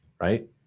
right